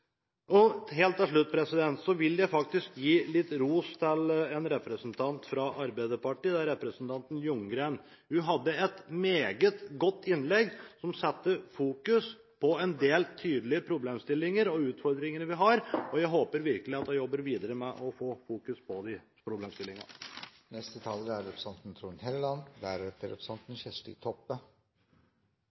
Helt til slutt vil jeg faktisk gi litt ros til en representant fra Arbeiderpartiet, representanten Ljunggren. Hun hadde et meget godt innlegg som fokuserte på en del tydelige problemstillinger og utfordringer vi har, og jeg håper virkelig at hun jobber videre med å få de problemstillingene i fokus. Det går an å se innvandring og spesielt arbeidsinnvandring på